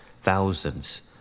Thousands